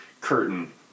curtain